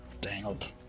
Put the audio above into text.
Dangled